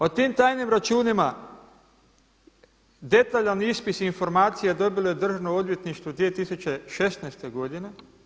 O tim tajnim računima detaljan ispis informacija dobilo je Državno odvjetništvo 2016. godine.